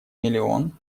миллион